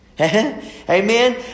amen